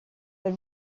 neza